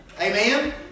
Amen